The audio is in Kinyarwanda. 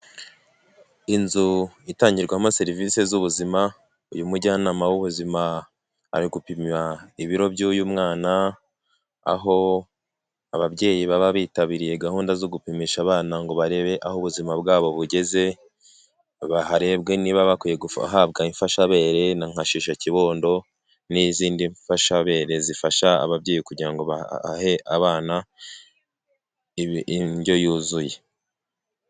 Inzu itangirwamo serivisi z'ubuzima, uyu mujyanama w'ubuzima ari gupima ibiro by'uyu mwana aho ababyeyi baba bitabiriye gahunda zo gupimisha abana ngo barebe aho ubuzima bwabo bugeze, harebwe niba bakwiyebwa imfashabere na nka Shishakibondo n'izindi mfashabere zifasha ababyeyi kugira ngo bahe abana indyo yuzuye.